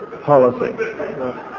policy